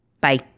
Bye